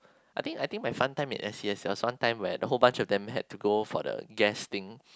I think I think my fun time in S_C_S there was one time the whole bunch of them had to go for the guest thing